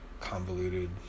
convoluted